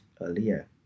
earlier